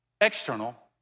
external